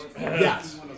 Yes